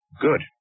Good